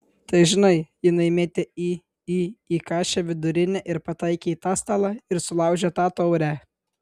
tai žinai jinai mėtė į į į kašę vidurinę ir pataikė į tą stalą ir sulaužė tą taurę